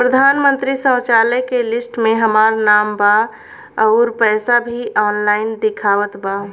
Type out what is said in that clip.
प्रधानमंत्री शौचालय के लिस्ट में हमार नाम बा अउर पैसा भी ऑनलाइन दिखावत बा